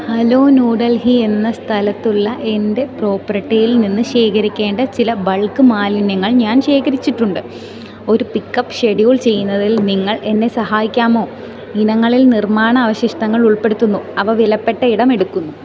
hello New Delhi എന്ന സ്ഥലത്തുള്ള എൻ്റെ പ്രോപ്രട്ടിയിൽനിന്ന് ശേഖരിക്കേണ്ട ചില ബൾക്ക് മാലിന്യങ്ങൾ ഞാൻ ശേഖരിച്ചിട്ടുണ്ട് ഒരു പിക്കപ്പ് ഷെഡ്യൂൾ ചെയ്യുന്നതിൽ നിങ്ങൾ എന്നെ സഹായിക്കാമോ ഇനങ്ങളിൽ നിർമ്മാണ അവശിഷ്ടങ്ങൾ ഉൾപ്പെടുത്തുന്നു അവ വിലപ്പെട്ട ഇടം എടുക്കുന്നു